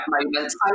moments